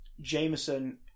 Jameson